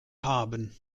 haben